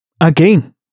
Again